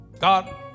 God